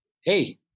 hey